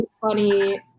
funny